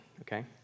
okay